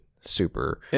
super